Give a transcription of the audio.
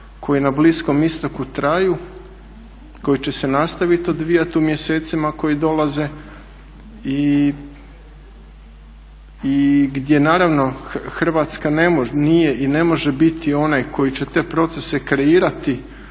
koji na Bliskom Istoku traju, koji će se nastaviti odvijati u mjesecima koji dolaze i gdje naravno Hrvatska nije i ne može biti ona koji će te procese kreirati